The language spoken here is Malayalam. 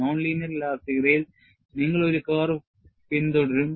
നോൺ ലീനിയർ ഇലാസ്തികതയിൽ നിങ്ങൾ ഒരു കർവ് പിന്തുടരും